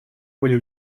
были